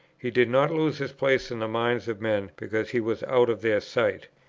he did not lose his place in the minds of men because he was out of their sight.